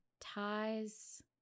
ties